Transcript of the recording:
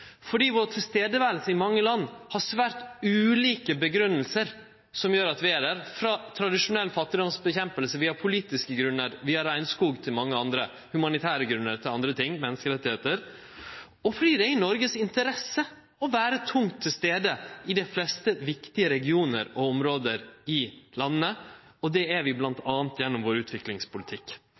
fordi nærværet vårt i mange land har svært ulike grunngjevingar som gjer at vi er der – frå tradisjonell kamp mot fattigdom via politiske grunnar, via regnskog til mange andre humanitære grunnar og til andre ting, som menneskerettar – og fordi det er i Noregs interesse å vere tungt til stades i dei fleste viktige regionar og område i landa, og det er vi bl.a. gjennom utviklingspolitikken vår.